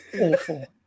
awful